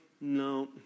no